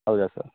ಹೌದಾ ಸರ್